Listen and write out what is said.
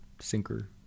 sinker